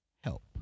help